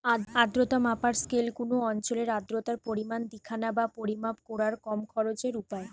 আর্দ্রতা মাপার স্কেল কুনো অঞ্চলের আর্দ্রতার পরিমাণ দিখানা বা পরিমাপ কোরার কম খরচের উপায়